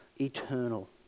eternal